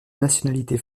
nationalité